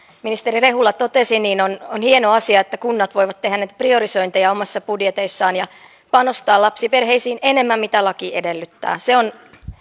ministeri rehula totesi on on hieno asia että kunnat voivat tehdä näitä priorisointeja omissa budjeteissaan ja panostaa lapsiperheisiin enemmän kuin laki edellyttää se on